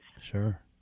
Sure